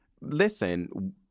listen